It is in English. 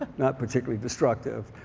not particularly destructive.